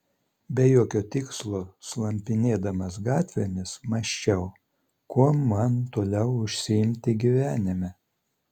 be jokio tikslo slampinėdamas gatvėmis mąsčiau kuom man toliau užsiimti gyvenime